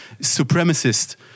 supremacist